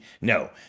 No